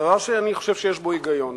דבר שאני חושב שיש בו היגיון.